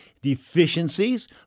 deficiencies